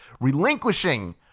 relinquishing